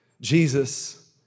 Jesus